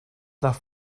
nach